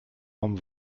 vom